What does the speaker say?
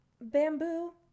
Bamboo